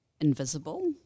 invisible